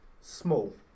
small